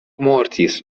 mortis